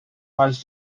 was